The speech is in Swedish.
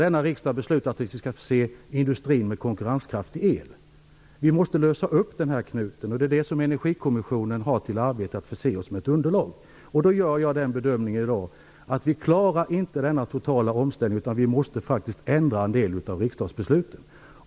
Sedan har riksdagen beslutat att vi skall förse industrin med konkurrenskraftig el. Vi måste lösa upp den här knuten, och Energikommissionen har alltså till uppgift att förse oss med ett underlag. Jag gör i dag den bedömningen att vi inte klarar denna totala omställning, utan vi måste ändra en del av riksdagsbesluten.